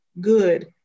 good